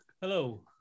Hello